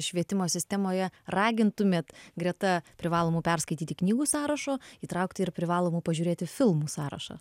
švietimo sistemoje ragintumėt greta privalomų perskaityti knygų sąrašo įtraukti ir privalomų pažiūrėti filmų sąrašą